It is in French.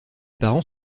parents